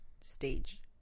stage